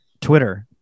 Twitter